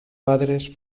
padres